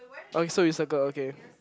oh so you circle okay